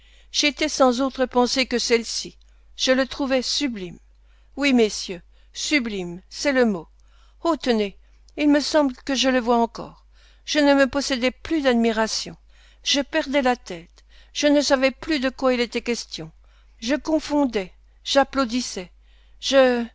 j'étais sans autre pensée que celle-ci je le trouvais sublime oui messieurs sublime c'est le mot oh tenez il me semble que je le vois encore je ne me possédais plus d'admiration je perdais la tête je ne savais plus de quoi il était question je confondais j'applaudissais je